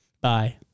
Bye